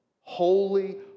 Holy